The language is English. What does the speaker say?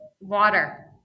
Water